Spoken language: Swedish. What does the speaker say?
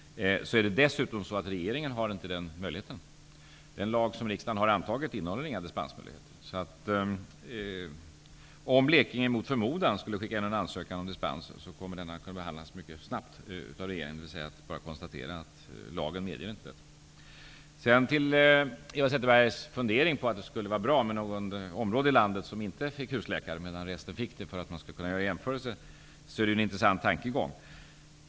Regeringen har inte den möjligheten. Den lag som riksdagen har antagit innehåller inga dispensmöjligheter. Om Blekinge mot förmodan skulle skicka in en ansökan om dispens, kommer denna att kunna behandlas mycket snabbt av regeringen, dvs. bara genom ett konstaterande att lagen inte medger detta. Eva Zetterberg hade en fundering om att det skulle vara bra om något område i landet inte införde husläkare medan resten gjorde det, för att man skulle kunna göra jämförelser. Det är en intressant tankegång.